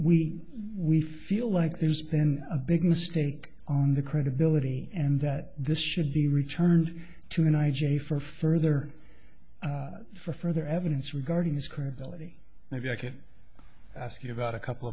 we we feel like there's been a big mistake on the credibility and that this should be returned to and i j for further for further evidence regarding his credibility maybe i could ask you about a couple